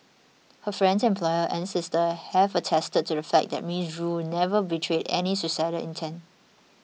her friends employer and sister have attested to the fact that Miss Rue never betrayed any suicidal intent